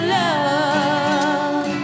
love